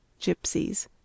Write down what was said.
Gypsies